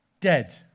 dead